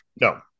No